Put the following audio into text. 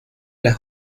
las